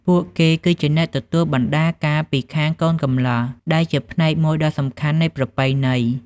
ពួកគេគឺជាអ្នកទទួល បណ្ដាការ ពីខាងកូនកំលោះ ដែលជាផ្នែកមួយដ៏សំខាន់នៃប្រពៃណី។